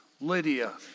Lydia